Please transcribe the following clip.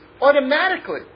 automatically